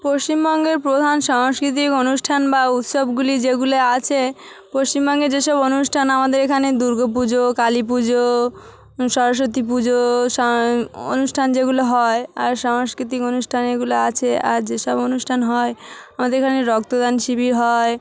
পশ্চিমবঙ্গের প্রধান সাংস্কৃতিক অনুষ্ঠান বা উৎসবগুলি যেগুলো আছে পশ্চিমবঙ্গে যেসব অনুষ্ঠান আমাদের এখানে দুর্গাপুজো কালী পুজো সরস্বতী পুজো সা অনুষ্ঠান যেগুলো হয় আর সাংস্কৃতিক অনুষ্ঠান এগুলো আছে আর যেসব অনুষ্ঠান হয় আমাদের এখানে রক্তদান শিবির হয়